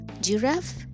giraffe